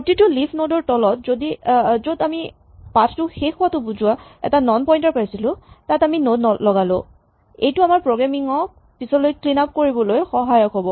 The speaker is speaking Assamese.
প্ৰতিটো লিফ নড ৰ তলত য'ত আমি পাথ টো শেষ হোৱাটো বুজোৱা এটা নন পইন্টাৰ পাইছিলো তাত আমি নড লগালো এইটো আমাৰ প্ৰগ্ৰেমিং ক পিছলৈ ক্লীন আপ কৰিবলৈ সহায়ক হ'ব